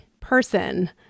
person